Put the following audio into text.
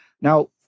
Now